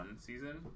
season